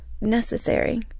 necessary